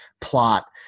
plot